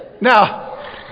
now